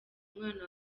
umwana